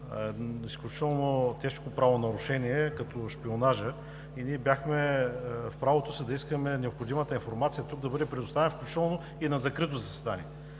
изключително тежко правонарушение като шпионажа. Ние бяхме в правото си да искаме необходимата информация да бъде предоставена тук, включително и на закрито заседание.